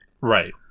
Right